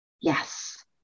Yes